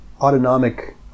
autonomic